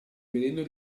veleno